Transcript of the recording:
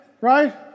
Right